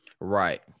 right